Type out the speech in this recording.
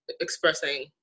expressing